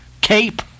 Cape